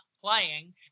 playing